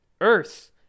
Earth